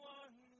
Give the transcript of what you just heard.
one